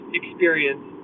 experience